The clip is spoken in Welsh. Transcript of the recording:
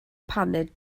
paned